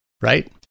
Right